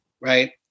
right